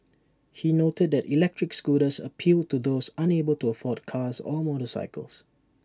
he noted that electric scooters appealed to those unable to afford cars or motorcycles